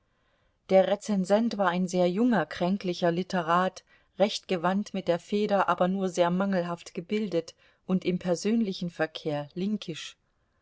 der rezensent war ein sehr junger kränklicher literat recht gewandt mit der feder aber nur sehr mangelhaft gebildet und im persönlichen verkehr linkisch